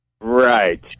Right